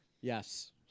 Yes